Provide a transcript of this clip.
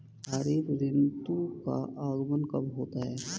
खरीफ ऋतु का आगमन कब होता है?